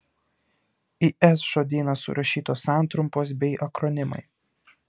į s žodyną surašytos santrumpos bei akronimai